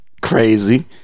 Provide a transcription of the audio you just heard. crazy